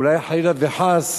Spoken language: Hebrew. אולי, חלילה וחס,